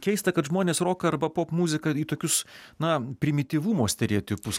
keista kad žmonės roką arba popmuziką į tokius na primityvumo stereotipus